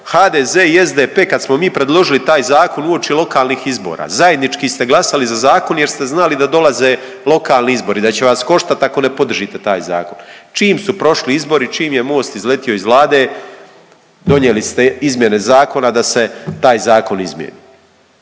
HDZ i SDP kad smo mi predložili taj zakon uoči lokalnih izbora zajednički ste glasali za zakon jer ste znali da dolaze lokalni izbori, da će vas koštati ako ne podržite taj zakon. Čim su prošli izbori, čim je Most izletio iz Vlade donijeli ste izmjene zakona da se taj zakon izmijeni.